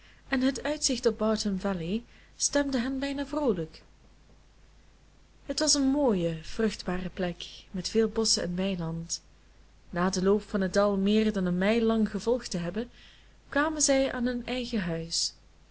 en het uitzicht op barton valley stemde hen bijna vroolijk het was een mooie vruchtbare plek met veel bosschen en weiland na den loop van het dal meer dan een mijl lang gevolgd te hebben kwamen zij aan hun eigen huis